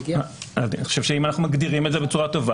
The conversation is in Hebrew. אני חושב שאם אנחנו מגדירים את זה בצורה טובה,